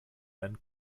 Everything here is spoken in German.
einen